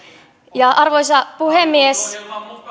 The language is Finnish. arvoisa puhemies